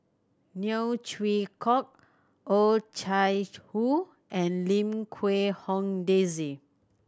Neo Chwee Kok Oh Chai Hoo and Lim Quee Hong Daisy